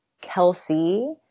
Kelsey